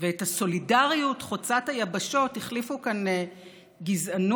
ואת הסולידריות חוצת היבשות החליפו כאן גזענות